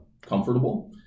comfortable